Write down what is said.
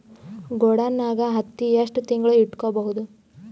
ಗೊಡಾನ ನಾಗ್ ಹತ್ತಿ ಎಷ್ಟು ತಿಂಗಳ ಇಟ್ಕೊ ಬಹುದು?